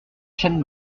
chênes